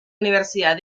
universidad